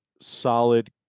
solid